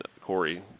Corey